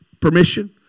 permission